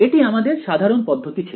এটি আমাদের সাধারণ পদ্ধতি ছিল